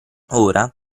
ora